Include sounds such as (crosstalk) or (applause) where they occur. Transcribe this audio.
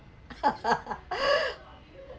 (laughs)